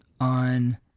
on